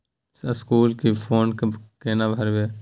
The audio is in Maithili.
स्कूल फी केना भरबै?